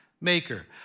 maker